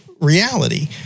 reality